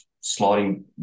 sliding